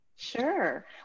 Sure